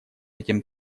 этим